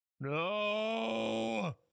No